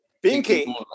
Pinky